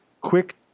quick